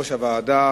ליושב-ראש הוועדה,